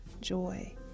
joy